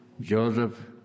Joseph